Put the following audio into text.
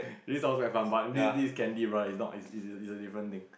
this sounds quite fun but this this Canny bar is a not is a is a is a different thing